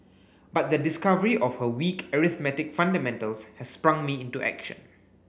but the discovery of her weak arithmetic fundamentals has sprung me into action